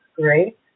great